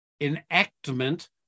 enactment